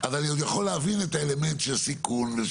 אז אני עוד יכול להבין את האלמנט של סיכון של